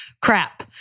crap